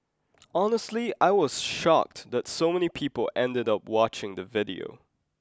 honestly I was shocked that so many people ended up watching the video